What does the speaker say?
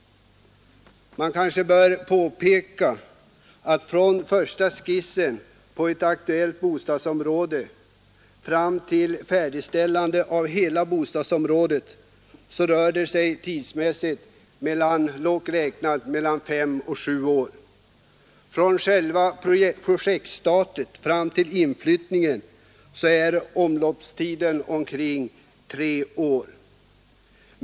Det kanske bör påpekas att från första skissen över ett bostadsområde fram till färdigställandet av hela området rör det sig ilva projekt tidsmässigt om lågt räknat mellan fem och sju år. Från s starten fram till inflyttningen är omloppstiden omkring tre år.